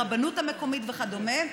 הרבנות המקומית וכדומה,